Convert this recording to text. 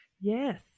Yes